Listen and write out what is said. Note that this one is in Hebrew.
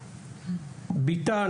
בתה,